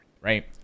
right